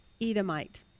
Edomite